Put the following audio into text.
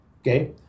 okay